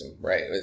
right